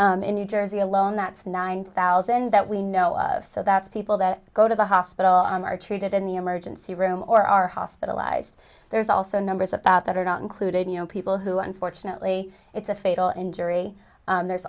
year in new jersey alone that's nine thousand that we know of so that's people that go to the hospital are treated in the emergency room or are hospitalized there's also numbers about that are not included you know people who unfortunately it's a fatal injury there's